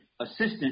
assistance